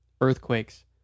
EARTHQUAKES